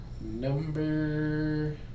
Number